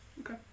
Okay